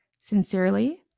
Sincerely